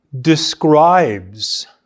describes